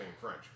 French